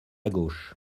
gauche